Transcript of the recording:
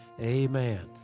amen